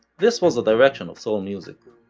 this was the direction of soul music.